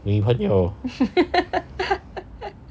女朋友